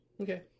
Okay